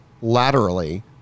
laterally